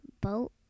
boat